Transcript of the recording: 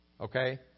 okay